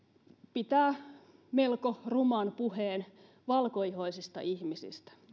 pitää melko ruman puheen valkoihoisista ihmisistä